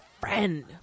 friend